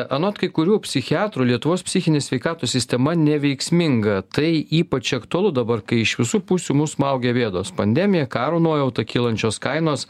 anot kai kurių psichiatrų lietuvos psichinės sveikatos sistema neveiksminga tai ypač aktualu dabar kai iš visų pusių mus smaugia bėdos pandemija karo nuojauta kylančios kainos